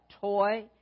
Toy